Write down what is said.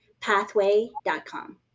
pathway.com